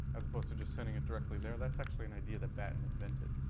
as opposed to just sending it directly there, that's actually an idea that batten invented.